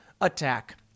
attack